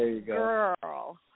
girl